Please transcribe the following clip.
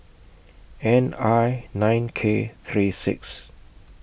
N I nine K three six